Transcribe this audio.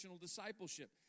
discipleship